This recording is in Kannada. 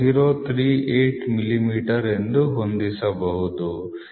038 ಮಿಲಿಮೀಟರ್ ಎಂದು ಹೊಂದಿಸಬಹುದು